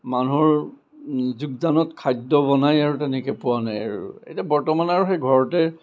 মানুহৰ যোগদানত খাদ্য বনাই আৰু তেনেকৈ পোৱা নাই আৰু এতিয়া বৰ্তমান আৰু সেই ঘৰতে